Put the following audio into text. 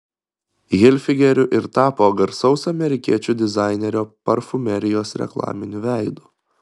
hilfigeriu ir tapo garsaus amerikiečių dizainerio parfumerijos reklaminiu veidu